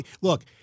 Look